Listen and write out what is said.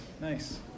nice